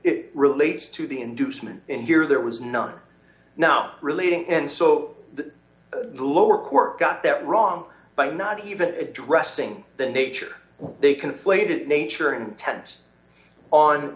it relates to the inducement and here there was none now relating and so the lower court got that wrong by not even addressing the nature they conflated nature intent on